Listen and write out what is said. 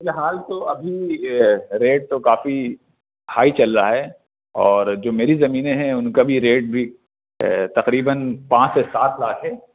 فی الحال تو ابھی ریٹ تو کافی ہائی چل رہا ہے اور جو میری زمینیں ہیں ان کا بھی ریٹ بھی تقریباً پانچ سے سات لاکھ ہے